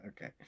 okay